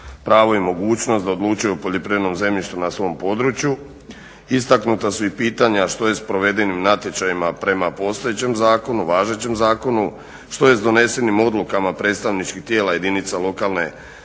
pravo i mogućnost da odlučuju u poljoprivrednom zemljištu na svom području. Istaknuta su i pitanja što je s provedenim natječajima prema postojećem zakonu, važećem zakonu, što je s donesenim odlukama predstavničkih tijela jedinica lokalne samouprave.